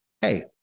Hey